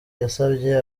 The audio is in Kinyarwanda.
yasabye